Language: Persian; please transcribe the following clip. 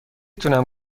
تونم